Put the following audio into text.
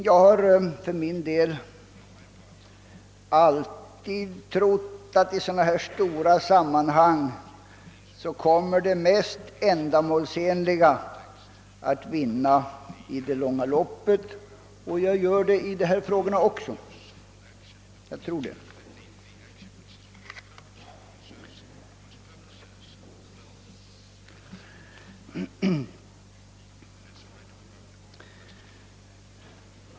Jag har alltid trott att i sådana stora sammanhang det mest ändamålsenliga kommer att vinna i det långa loppet, och jag tror det också i dessa frågor.